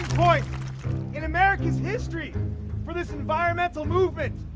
point in america's history for this environmental movement.